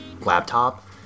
laptop